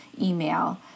email